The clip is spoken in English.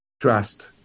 Trust